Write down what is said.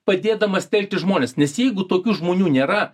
padėdamas telkti žmones nes jeigu tokių žmonių nėra